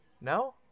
no